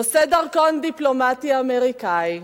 נושא דרכון דיפלומטי אמריקני,